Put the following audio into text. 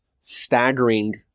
staggering